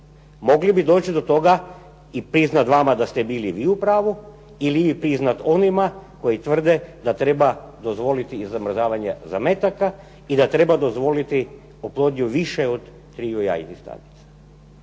mogli bi doći do toga i priznat vama da ste bili vi u pravu ili priznat onima koji tvrde da treba dozvoliti i zamrzavanje zametaka i da treba dozvoliti oplodnju više od triju jajnih stanica.